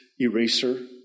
eraser